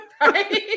right